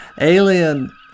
Alien